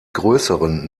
größeren